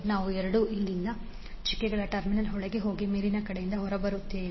ನಾನು 2 ಇಲ್ಲಿಂದ ಚುಕ್ಕೆಗಳ ಟರ್ಮಿನಲ್ ಒಳಗೆ ಹೋಗಿ ಮೇಲಿನ ಕಡೆಯಿಂದ ಹೊರಬರುತ್ತೇನೆ